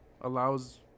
allows